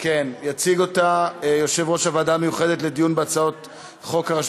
יציג אותה יושב-ראש הוועדה המיוחדת לדיון בהצעות חוק הרשות